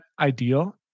ideal